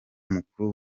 mukuru